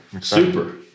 Super